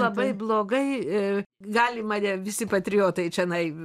labai blogai ir gali mane visi patriotai čionai